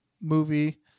movie